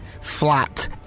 flat